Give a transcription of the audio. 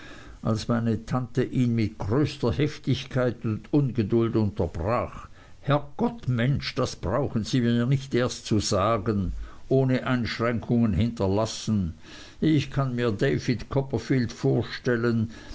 als meine tante ihn mit größter heftigkeit und ungeduld unterbrach herrgott mensch das brauchen sie mir nicht erst zu sagen ohne einschränkungen hinterlassen ich kann mir david copperfield vorstellen